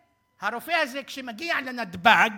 והרופא הזה, כשהוא מגיע לנתב"ג,